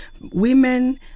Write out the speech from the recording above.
Women